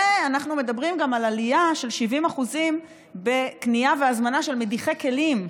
ואנחנו מדברים גם על עלייה של 70% בקנייה והזמנה של מדיחי כלים.